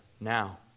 now